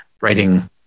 writing